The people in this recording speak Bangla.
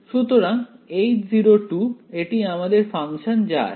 সুতরাং H0 এটি আমাদের ফাংশন যা আছে